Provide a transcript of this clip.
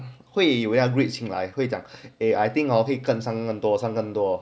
会以为 greed 进来会讲上更多更多 eh I think hor 会上更多更多